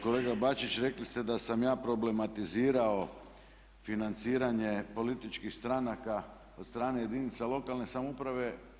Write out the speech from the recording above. Kolega Bačić, rekli ste da sam ja problematizirao financiranje političkih stranaka od strane jedinica lokalne samouprave.